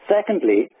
Secondly